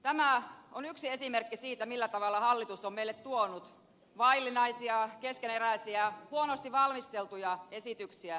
tämä on yksi esimerkki siitä millä tavalla hallitus on meille tuonut vaillinaisia keskeneräisiä huonosti valmisteltuja esityksiä